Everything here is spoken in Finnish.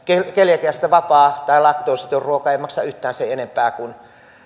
keliakiasta vapaa tai laktoositon ruoka ei maksa yhtään sen enempää kuin